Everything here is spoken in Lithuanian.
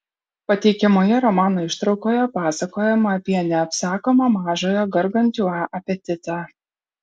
pateikiamoje romano ištraukoje pasakojama apie neapsakomą mažojo gargantiua apetitą